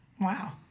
Wow